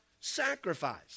sacrifice